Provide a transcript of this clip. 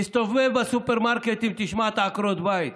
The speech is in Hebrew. תסתובב בסופרמרקטים, תשמע את עקרות הבית,